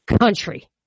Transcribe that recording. country